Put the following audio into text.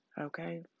Okay